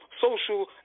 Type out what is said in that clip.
social